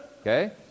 okay